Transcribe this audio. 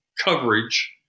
coverage